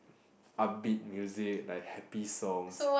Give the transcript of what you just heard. upbeat music like happy songs